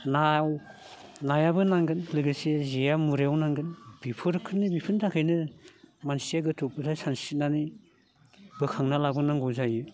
ना नायाबो नांगोन लोगोसे जेया मुरायाव नांगोन बेफोरखोनो बेफोरनि थाखायनो मानसिया गोथौनिफ्राय सानस्रिनानै बोखांना लाबोनांगौ जायो